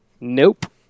Nope